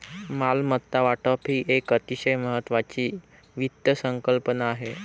मालमत्ता वाटप ही एक अतिशय महत्वाची वित्त संकल्पना आहे